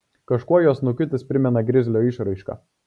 kažkuo jo snukutis primena grizlio išraišką